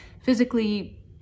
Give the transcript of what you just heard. physically